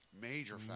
major